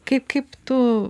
kaip kaip tu